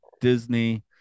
disney